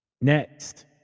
Next